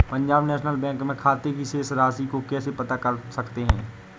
Punjab National Bank में खाते की शेष राशि को कैसे पता कर सकते हैं?